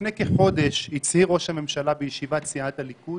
לפני כחודש הצהיר ראש הממשלה בישיבת סיעת הליכוד